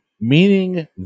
Meaning